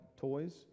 toys